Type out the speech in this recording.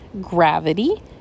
gravity